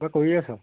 কিবা কৰি আছ